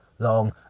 long